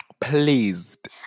Pleased